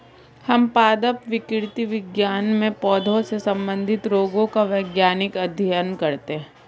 हम पादप विकृति विज्ञान में पौधों से संबंधित रोगों का वैज्ञानिक अध्ययन करते हैं